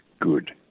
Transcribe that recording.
good